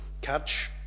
catch